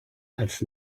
als